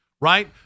right